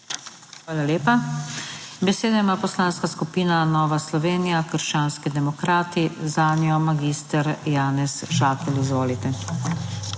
Hvala lepa. Besedo ima Poslanska skupina Nova Slovenija Krščanski demokrati, zanjo magister Janez Žakelj. Izvolite.